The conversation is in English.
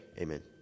amen